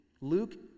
Luke